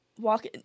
Walk